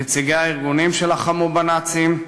נציגי הארגונים שלחמו בנאצים,